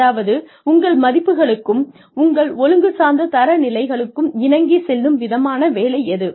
அதாவது உங்கள் மதிப்புகளுக்கும் உங்கள் ஒழுங்கு சார்ந்த தர நிலைகளுக்கும் இணங்கி செல்லும் விதமான வேலை எது